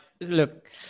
look